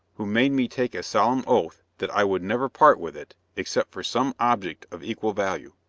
who made me take a solemn oath that i would never part with it, except for some object of equal value.